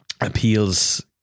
appeals